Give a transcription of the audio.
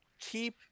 keep